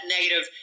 negative